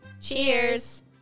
Cheers